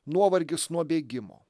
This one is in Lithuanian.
nuovargis nuo bėgimo